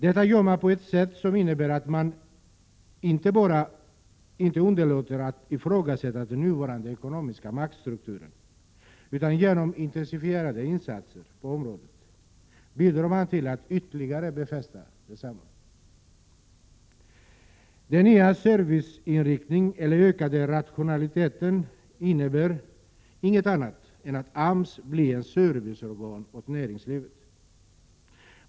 Denna anpassning innebär att man inte bara underlåter att ifrågasätta den nuvarande ekonomiska maktstrukturen, utan att man genom intensifierade insatser på området bidrar till att ytterligare befästa densamma. Den nya serviceinriktningen eller den ökande rationaliseringen innebär ingenting annat än att AMS blir ett serviceorgan för näringslivet.